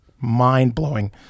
mind-blowing